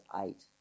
eight